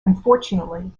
unfortunately